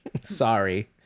Sorry